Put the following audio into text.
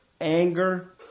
anger